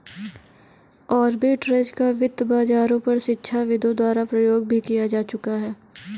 arbitrage का वित्त बाजारों पर शिक्षाविदों द्वारा प्रयोग भी किया जा चुका है